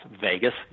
Vegas